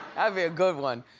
ah be a good one.